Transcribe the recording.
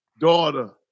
daughter